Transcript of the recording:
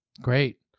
Great